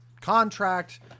contract